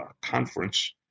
conference